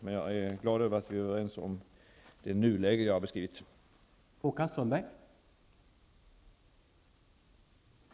Men jag är glad över att vi är överens om nuläget sådant som jag har beskrivit det.